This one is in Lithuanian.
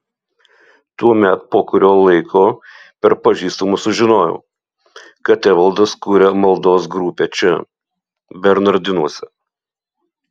tuomet po kurio laiko per pažįstamą sužinojau kad evaldas kuria maldos grupę čia bernardinuose